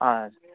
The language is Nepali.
अँ